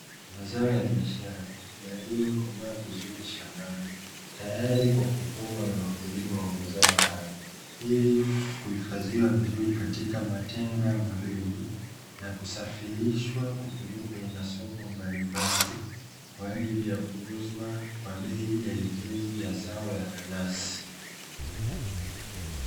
Mazao ya biashara yaliyokoma vizuri tayari shambani, tayari kwa kuvunwa na wakulima wa mazao hayo, ili kuifadhiwa vizuri katika matenga madogo na kusafirishwa kupelekwa kwenye masoko mbalimbali, kwa ajili ya kuuzwa kwa bei elekezi ya zao la nanasi.